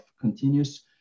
continuous